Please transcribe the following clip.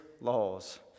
laws